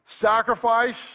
sacrifice